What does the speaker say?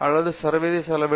அல்லது சர்வதேச அளவிலா